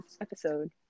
episode